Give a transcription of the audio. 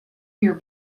your